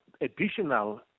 additional